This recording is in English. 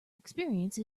experience